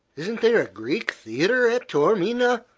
isn't there a greek theatre at taormina?